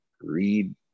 Read